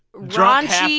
raunchy.